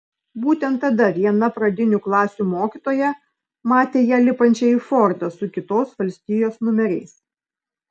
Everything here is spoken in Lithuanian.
būtent tada viena pradinių klasių mokytoja matė ją lipančią į fordą su kitos valstijos numeriais